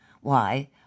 Why